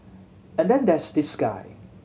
and then there's this guy